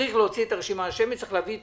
צריך להוציא את הרשימה השמית וצריך להביא את